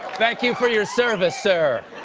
thank you for your service, sir.